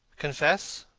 confess?